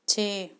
ਛੇ